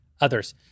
Others